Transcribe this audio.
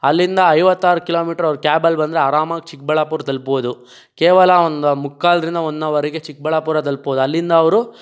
ಅಲ್ಲಿಂದ ಐವತ್ತಾರು ಕಿಲೋಮೀಟ್ರ್ ಅವರು ಕ್ಯಾಬಲ್ಲಿ ಬಂದರೆ ಆರಾಮಾಗಿ ಚಿಕ್ಕಬಳ್ಳಾಪುರ ತಲುಪಬಹುದು ಕೇವಲ ಒಂದು ಮುಕ್ಕಾಲಿಂದ ಒನ್ ಅವರಿಗೆ ಚಿಕ್ಕಬಳ್ಳಾಪುರ ತಲುಪಬಹುದು ಅಲ್ಲಿಂದ ಅವರು